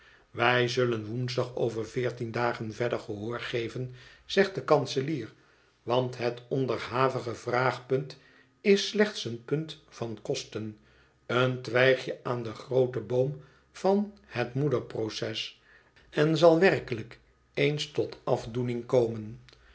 wij zullen woensdag over veertien dagen verder gehoor geven zegt de kanselier want het onderhavige vraagpunt is slechts een punt van kosten een twijgje aan den grooten boom van het moederproces en zal werkelijk eens tot afdoening komen